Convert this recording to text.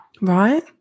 Right